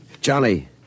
Johnny